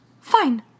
Fine